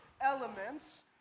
elements